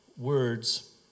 words